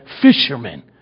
fishermen